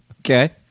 Okay